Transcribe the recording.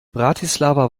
bratislava